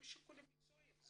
משיקולים מקצועיים,